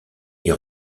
est